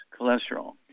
cholesterol